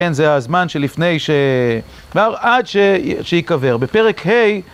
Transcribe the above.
כן, זה הזמן שלפני ש... עד שייקבר. בפרק ה'